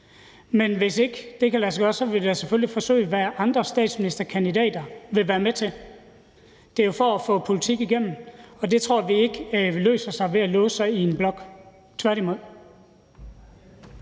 lade sig gøre, vil vi da selvfølgelig afsøge, hvad andre statsministerkandidater vil være med til. Det er jo for at få politik igennem. Det tror vi ikke løser sig, ved at man låser sig fast i en blok, tværtimod.